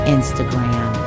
Instagram